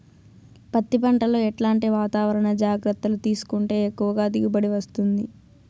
పత్తి పంట లో ఎట్లాంటి వాతావరణ జాగ్రత్తలు తీసుకుంటే ఎక్కువగా దిగుబడి వస్తుంది?